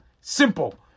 Simple